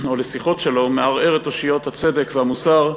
או לשיחות שלום, מערער את אושיות הצדק והמוסר,